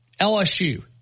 LSU